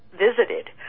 visited